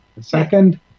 second